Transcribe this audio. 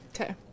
Okay